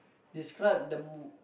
describe the m~